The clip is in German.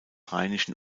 rheinischen